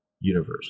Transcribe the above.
universe